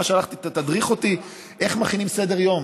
ממש הלכתי: תדריך אותי איך מכינים סדר-יום,